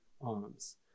arms